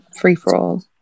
free-for-all